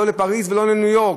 לא לפריז ולא לניו יורק.